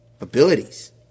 abilities